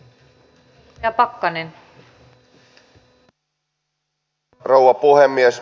arvoisa rouva puhemies